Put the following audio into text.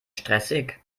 stressig